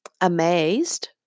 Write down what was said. amazed